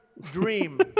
dream